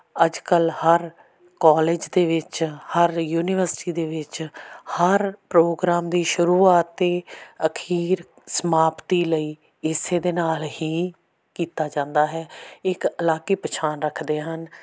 ਅੱਜ ਕੱਲ੍ਹ ਹਰ ਕੋਲਜ ਦੇ ਵਿੱਚ ਹਰ ਯੂਨੀਵਰਸਿਟੀ ਦੇ ਵਿੱਚ ਹਰ ਪ੍ਰੋਗਰਾਮ ਦੀ ਸ਼ੁਰੂਆਤ ਅਤੇ ਅਖੀਰ ਸਮਾਪਤੀ ਲਈ ਇਸੇ ਦੇ ਨਾਲ ਹੀ ਕੀਤਾ ਜਾਂਦਾ ਹੈ ਇੱਕ ਅਲੱਗ ਹੀ ਪਛਾਣ ਰੱਖਦੇ ਹਨ